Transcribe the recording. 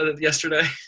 yesterday